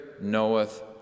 knoweth